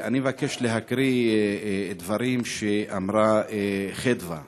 אני מבקש להקריא דברים שאמרה חדווה,